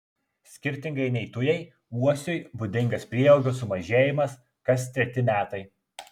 skirtingai nei tujai uosiui būdingas prieaugio sumažėjimas kas treti metai